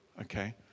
okay